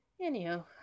Anyhow